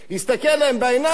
הסתכל להם בעיניים,